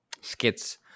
skits